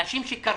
אנשים שקרסו,